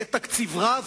יהיה תקציב רע,